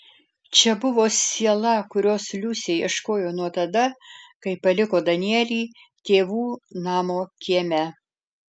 čia buvo siela kurios liusė ieškojo nuo tada kai paliko danielį tėvų namo kieme